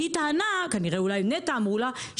כי היא טענה כנראה שאולי נת"ע אמרו לה,